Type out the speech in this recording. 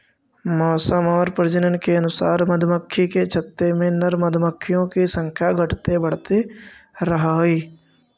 मौसम और प्रजनन के अनुसार मधुमक्खी के छत्ते में नर मधुमक्खियों की संख्या घटते बढ़ते रहअ हई